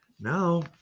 Now